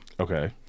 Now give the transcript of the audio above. Okay